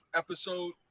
episode